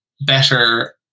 better